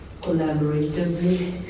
collaboratively